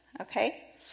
okay